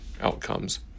outcomes